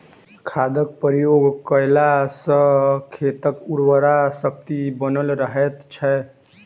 खादक प्रयोग कयला सॅ खेतक उर्वरा शक्ति बनल रहैत छै